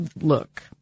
Look